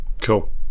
cool